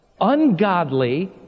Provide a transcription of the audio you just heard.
ungodly